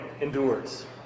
endures